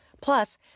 Plus